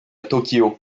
tokyo